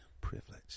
privilege